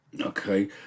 Okay